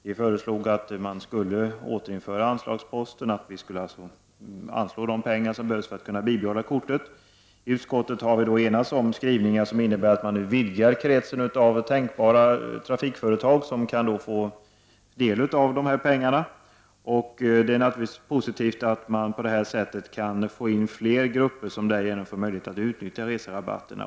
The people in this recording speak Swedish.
Vi föreslog att de pengar som behövs för att kortet skulle kunna bibehållas skulle anslås. I utskottet har vi enats om skrivningar som innebär att kretsen av tänkbara trafikföretag som kan få del av dessa pengar nu vidgas. Det är naturligtvis positivt att man på det här sättet kan få in fler grupper som får möjlighet att utnyttja reserabatterna.